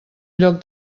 lloc